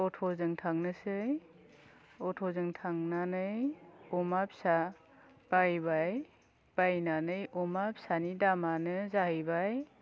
अट'जों थांनोसै अट'जों थांनानै अमा फिसा बायबाय बायनानै अमा फिसानि दामानो जाहैबाय